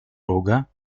рога